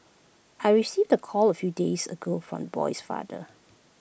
I received the call A few days ago from boy's father